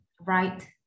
right